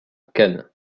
cannes